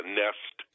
nest